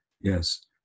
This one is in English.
yes